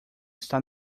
está